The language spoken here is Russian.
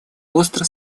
остро